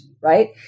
right